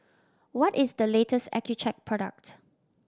what is the latest Accucheck product